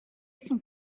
son